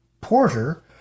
Porter